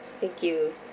thank you